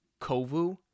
Kovu